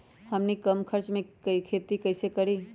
हमनी कम खर्च मे खेती कई से करी?